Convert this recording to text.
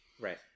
Right